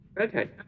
Okay